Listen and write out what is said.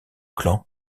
clan